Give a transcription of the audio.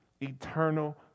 eternal